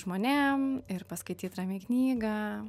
žmonėm ir paskaityt ramiai knygą